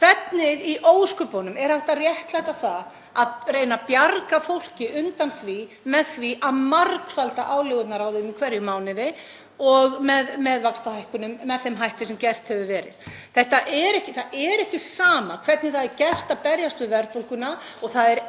Hvernig í ósköpunum er hægt að réttlæta það að verið sé að bjarga fólki undan því með því að margfalda álögur á það í hverjum mánuði með vaxtahækkunum, með þeim hætti sem gert hefur verið? Það er ekki sama hvernig það er gert að berjast við verðbólguna og það er engan